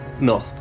No